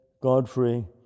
Godfrey